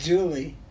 Julie